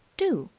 do,